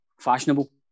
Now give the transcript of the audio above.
fashionable